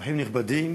אורחים נכבדים,